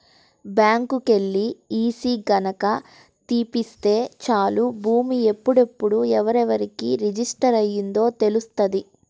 బ్యాంకుకెల్లి ఈసీ గనక తీపిత్తే చాలు భూమి ఎప్పుడెప్పుడు ఎవరెవరికి రిజిస్టర్ అయ్యిందో తెలుత్తది